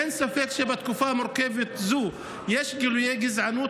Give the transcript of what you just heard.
אין ספק שבתקופה מורכבת זו יש גילויי גזענות